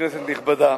כנסת נכבדה,